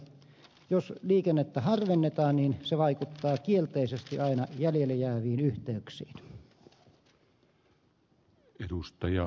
jos liikennettä harvennetaan niin se vaikuttaa kielteisesti aina jäljelle jääviin yhteyksiin